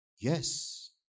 Yes